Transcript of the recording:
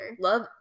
Love